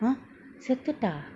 !huh! செத்துட்டா:sethuta